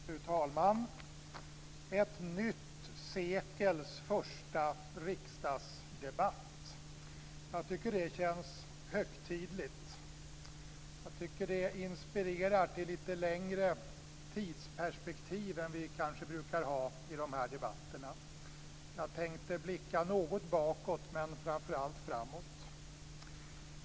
Fru talman! Ett nytt sekels första riksdagsdebatt. Jag tycker att det känns högtidligt. Jag tycker att det inspirerar till lite längre tidsperspektiv än vi kanske brukar ha i dessa debatter. Jag tänkte blicka något bakåt men framför allt framåt.